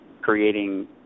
creating